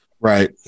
Right